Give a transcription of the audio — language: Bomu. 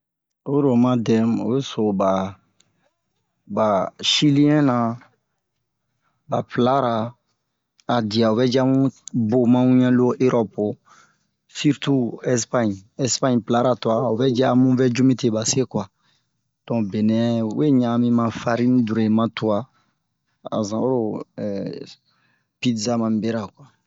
oro oma dɛmu oyi so ɓa ɓa shiliyɛn-na ɓa plara a diya o vɛ ji amu boma wiyan lo erɔpe sirtu Espaɲe Espaɲe plara twa o vɛ ji amu vɛ ju mite ɓa se kuwa to mu benɛ we ɲan'anmi farni dure ma twa a zan oro pidza mami bera kuwa